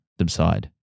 subside